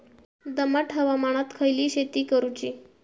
दमट हवामानात खयली शेती करूची?